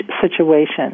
situation